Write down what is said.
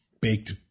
baked